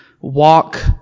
walk